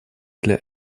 для